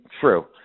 true